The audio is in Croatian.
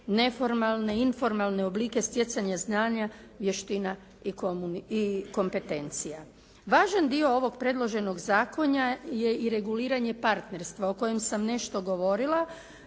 neformalne, informalne oblike stjecanja znanja, vještina i kompetencija. Važan dio ovog predloženog zakona je i reguliranje partnerstva o kojem sam nešto govorila